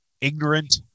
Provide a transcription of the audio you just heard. ignorant